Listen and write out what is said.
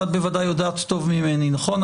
את בוודאי יודעת טוב ממני, נכון?